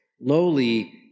lowly